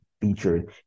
featured